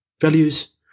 Values